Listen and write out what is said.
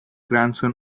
grandson